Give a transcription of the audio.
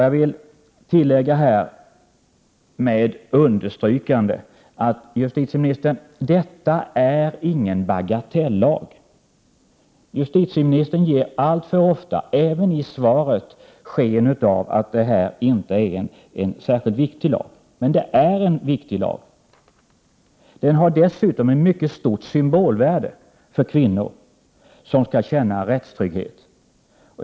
Jag vill tillägga med understrykande: Detta är ingen bagatellag! Justitieministern ger allför ofta, även i svaret, sken av att det här inte är någon särskilt viktig lag, men det är den. Den har dessutom ett mycket stort symbolvärde för kvinnor som behöver känna rättstrygghet.